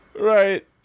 Right